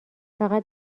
فقط